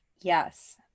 Yes